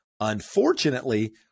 Unfortunately